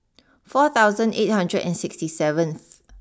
four thousand eight hundred and sixty seventh